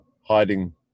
hiding